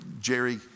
Jerry